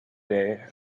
day